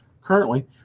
currently